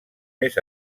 més